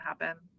happen